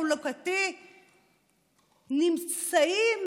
בתור תושבת בית שאן, שכנה לעמק המעיינות,